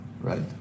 right